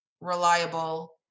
reliable